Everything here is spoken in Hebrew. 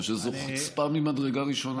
אני חושב שזו חוצפה ממדרגה ראשונה.